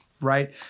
right